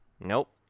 Nope